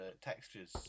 textures